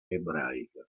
ebraica